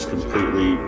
completely